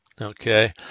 okay